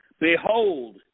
Behold